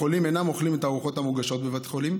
החולים אינם אוכלים את הארוחות המוגשות בבית החולים,